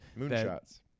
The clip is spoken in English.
Moonshots